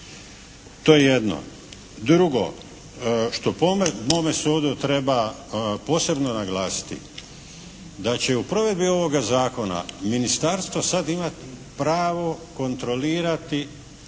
To je jedno. Drugo, što po mome sudu treba posebno naglasiti da će u provedbi ovoga Zakona ministarstvo sad imati pravo kontrolirati